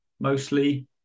mostly